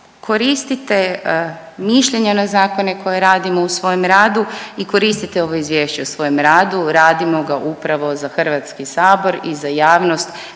koristite mišljenje na zakone koje radimo u svojem radu i koristite ovo izvješće u svojem radu, radimo ga upravo za HS i za javnost